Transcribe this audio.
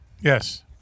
Yes